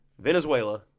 Venezuela